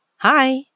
Hi